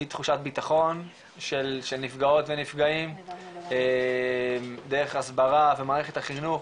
מתחושת ביטחון של נפגעות ונפגעים דרך הסברה ומערכת החינוך,